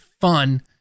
fun